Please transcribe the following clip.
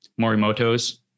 Morimoto's